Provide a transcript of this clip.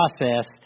process